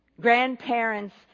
grandparents